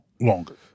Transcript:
longer